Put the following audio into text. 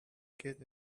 get